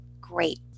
great